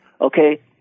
Okay